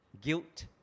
guilt